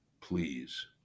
please